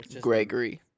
Gregory